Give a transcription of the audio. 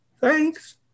Thanks